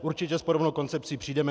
Určitě s podobnou koncepcí přijdeme.